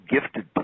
gifted